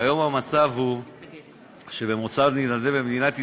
כיום המצב הוא שמוסד מתנדב במדינת ישראל,